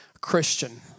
Christian